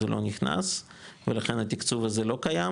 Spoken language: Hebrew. זה לא נכנס ולכן התקצוב הזה לא קיים